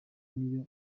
niyo